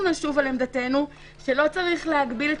אנחנו נשוב על עמדתנו שלא צריך להגביל את